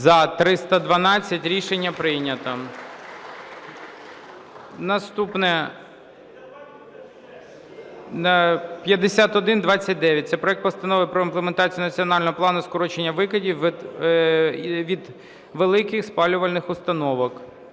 За-312 Рішення прийнято. Наступний 5129. Це проект Постанови про імплементацію Національного плану скорочення викидів від великих спалювальних установок.